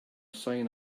sign